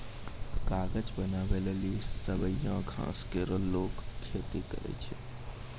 कागज बनावै लेलि सवैया घास केरो लोगें खेती करै छै